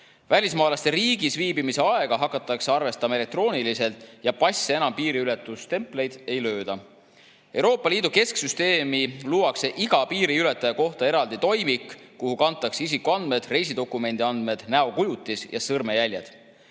Välismaalaste riigis viibimise aega hakatakse arvestama elektrooniliselt ja passi enam piiriületustempleid ei lööda. Euroopa Liidu kesksüsteemis luuakse iga piiriületaja kohta eraldi toimik, kuhu kantakse isikuandmed, reisidokumendi andmed, näokujutis ja sõrmejäljed.